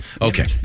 Okay